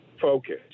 focus